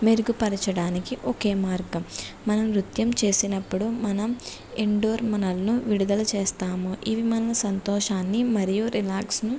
మెరుగుపరచడానికి ఒకే మార్గం మనం నృత్యం చేసినప్పుడు మనం ఇండోర్ మనలను విడుదల చేస్తాము ఇవి మన సంతోషాన్ని మరియు రిలాక్స్ను